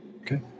okay